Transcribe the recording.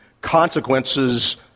consequences